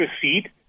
proceed